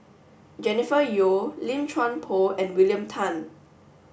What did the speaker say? Jennifer Yeo Lim Chuan Poh and William Tan